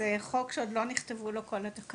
זה חוק שעוד לא נכתבו לו כל התקנות,